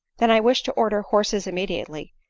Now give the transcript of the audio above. then i wish to order horses immediately,